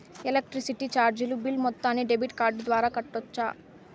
Electricity చార్జీలు bill మొత్తాన్ని debit card ద్వారా కట్టొచ్చా?